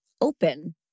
open